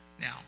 Now